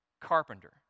carpenter